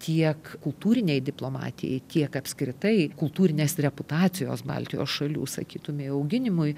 tiek kultūrinei diplomatijai tiek apskritai kultūrinės reputacijos baltijos šalių sakytumei auginimui